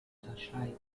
unterscheiden